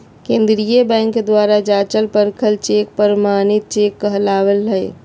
केंद्रीय बैंक द्वारा जाँचल परखल चेक प्रमाणित चेक कहला हइ